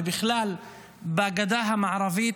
ובכלל בגדה המערבית,